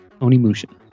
Onimusha